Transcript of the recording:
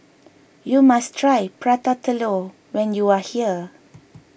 you must try Prata Telur when you are here